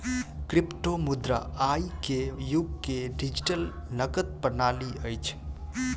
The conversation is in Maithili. क्रिप्टोमुद्रा आई के युग के डिजिटल नकद प्रणाली अछि